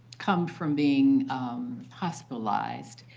come from being hospitalized.